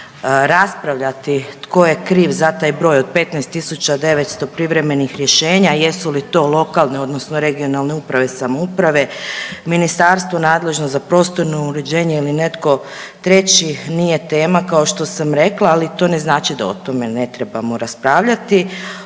Raspravljati tko je kriv za taj broj od 15 tisuća 900 privremenih rješenja, jesu li to lokalne odnosno regionalne uprave i samouprave, Ministarstvo nadležno za prostorno uređenje ili netko treći nije tema kao što sam rekla, ali to ne znači da o tome ne trebamo raspravljati.